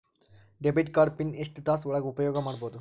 Debit card PIN ಎಷ್ಟ ತಾಸ ಒಳಗ ಉಪಯೋಗ ಮಾಡ್ಬಹುದು?